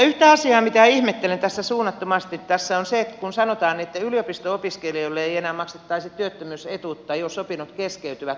yksi asia mitä ihmettelen tässä suunnattomasti on se kun sanotaan että yliopisto opiskelijoille ei enää maksettaisi työttömyysetuutta jos opinnot keskeytyvät vuodeksi